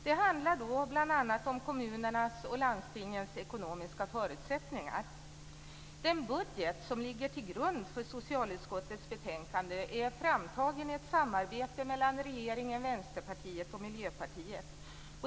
Det handlar bl.a. om kommunernas och landstingens ekonomiska förutsättningar. Den budget som ligger till grund för socialutskottets betänkande är framtagen i ett samarbete mellan regeringen, Vänsterpartiet och Miljöpartiet.